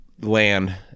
land